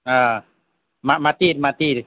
মা মাটিৰ মাটিৰ